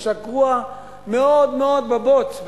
הוא שקוע מאוד מאוד בבוץ,